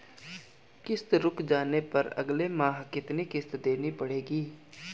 किश्त रुक जाने पर अगले माह कितनी किश्त देनी पड़ेगी?